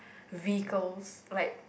vehicles like